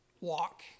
walk